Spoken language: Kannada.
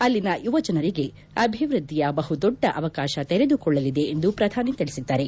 ಅಲ್ಲಿನ ಯುವ ಜನರಿಗೆ ಅಭಿವೃದ್ಧಿಯ ಬಹುದೊಡ್ಡ ಅವಕಾಶ ತೆರೆದುಕೊಳ್ಳಲಿದೆ ಎಂದು ಪ್ರಧಾನಿ ತಿಳಿಸಿದ್ದಾರೆ